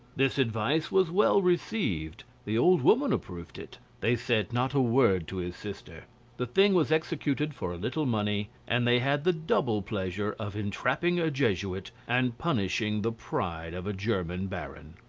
this advice was well received, the old woman approved it they said not a word to his sister the thing was executed for a little money, and they had the double pleasure of entrapping a jesuit, and punishing the pride of a german baron.